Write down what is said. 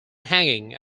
hanging